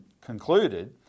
concluded